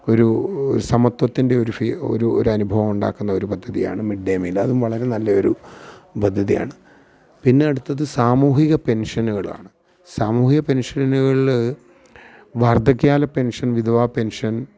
ഒരു സമത്വത്തിന്റെ ഒരു ഒരു ഒരു അനുഭവം ഉണ്ടാക്കുന്ന ഒരു പദ്ധതിയാണ് മിഡ്ഡേ മീല് അതും വളരെ നല്ല ഒരു പദ്ധതിയാണ് പിന്നെ അടുത്തത് സാമൂഹിക പെന്ഷനുകളാണ് സാമൂഹിക പെന്ഷനുകൾ വാര്ദ്ധക്യകാല പെന്ഷന് വിധവാ പെന്ഷന്